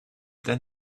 then